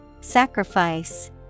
Sacrifice